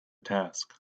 task